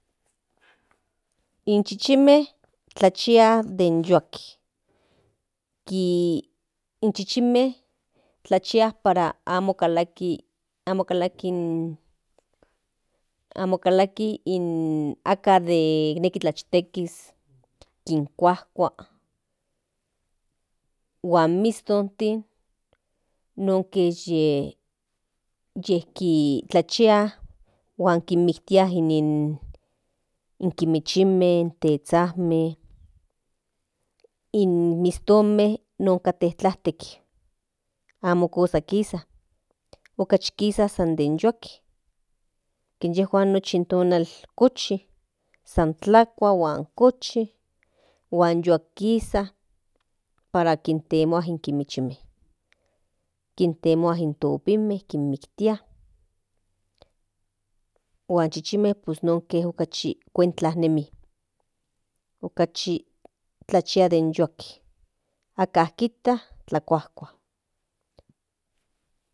Este in chichime tlachia den yoatlin chichime tlachia para amo kalakis akan den neki tlahtekis kinkuajkua huan mistontin nonke tlachi huan kinmiktia in kimichinme in tezhajme in mistonme non kate tlajtek amo kisa okachi kisa san den yoatl por que inyejuan nochi in tonal kuchi san tlakua huan kuchi huan yoatl kisa para kintemua in kimichinme kintemua in topinme kinmiktia huan chichinme nonke kate kuenkla nemi okachi tlachia den toatl aka kijta tlakuajkua